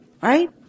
right